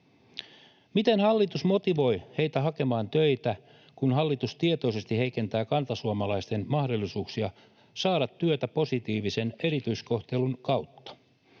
Miten hallitus motivoi heitä hakemaan töitä, kun hallitus tietoisesti heikentää kantasuomalaisten mahdollisuuksia saada työtä positiivisen erityiskohtelun kautta?